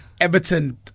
Everton